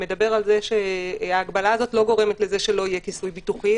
מדבר על זה שההגבלה הזאת לא גורמת לזה שלא יהיה כיסוי ביטוחי,